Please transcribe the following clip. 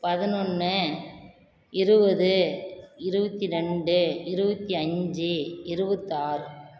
பதினொன்னு இருபது இருபத்தி ரெண்டு இருபத்தி அஞ்சு இருபத்தாறு